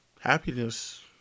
Happiness